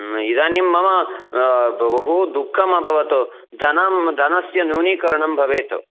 इदानीं मम ब बहु दुःखम् अभवत् धनं धनस्य न्यूनीकरणं भवेत्